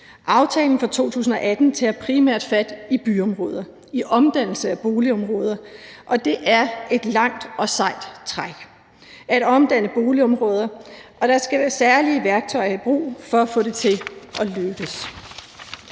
Aftalen fra 2018 tager primært fat i byområder, i omdannelse af boligområder. Det er et langt og sejt træk at omdanne boligområder, og der skal særlige værktøjer i brug for at få det til at lykkes.